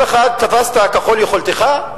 כל אחד תפסת ככל יכולתך?